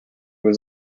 was